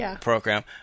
program